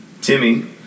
Timmy